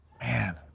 Man